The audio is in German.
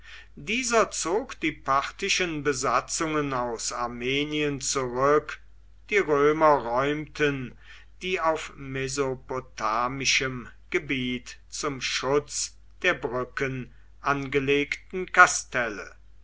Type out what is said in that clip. dieser zog die parthischen besatzungen aus armenien zurück die römer räumten die auf mesopotamischem gebiet zum schutz der brücken angelegten kastelle